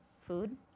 Food